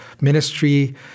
ministry